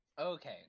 Okay